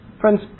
Friends